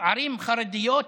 ובערים חרדיות,